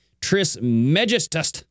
Trismegistus